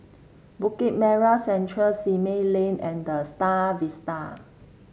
Bukit Merah Central Simei Lane and The Star Vista